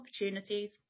opportunities